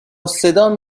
صدام